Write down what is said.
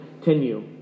continue